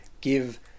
give